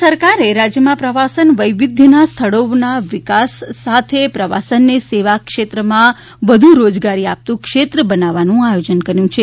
રાજ્ય સરકારે રાજ્યમાં પ્રવાસન વૈવિધ્યના સ્થળોના વિકાસ સાથે પ્રવાસનને સેવા ક્ષેત્રમાં વધુ રોજગારી આપતું ક્ષેત્ર બનાવવા આયોજન કર્યું છે